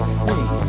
free